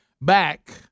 back